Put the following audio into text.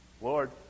Lord